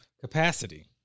capacity